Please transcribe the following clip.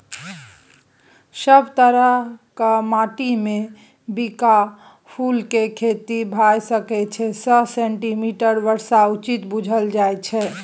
सब तरहक माटिमे बिंका फुलक खेती भए सकै छै सय सेंटीमीटरक बर्षा उचित बुझल जाइ छै